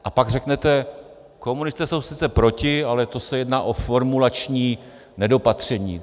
A pak řeknete: komunisté jsou sice proti, ale to se jedná o formulační nedopatření.